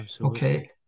okay